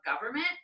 government